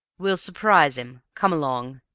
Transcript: we'll surprise him. come along.